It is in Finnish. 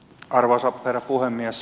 arvoisa herra puhemies